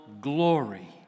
glory